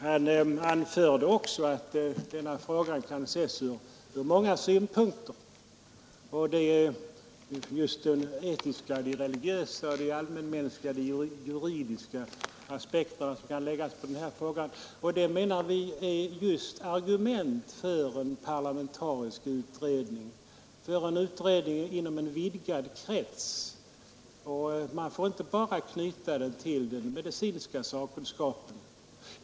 Han anförde också att frågan kan ses från många synpunkter, och det är just de etiska, de religiösa, de allmänmänskliga och de juridiska aspekter som kan läggas på den här frågan som vi menar är argument för att tillsätta en parlamentarisk utredning, dvs. en utredning inom en vidgad krets. Man får inte bara knyta utredningen till den medicinska sakkunskapen.